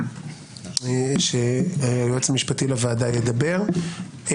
שהיועץ המשפטי לוועדה ידבר,